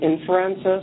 inferences